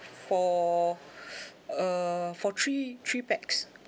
for err four three three pax